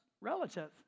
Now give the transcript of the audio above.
relative